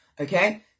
okay